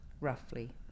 Roughly